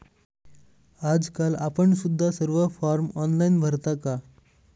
आजकाल आपण सुद्धा सर्व फॉर्म ऑनलाइन भरता का?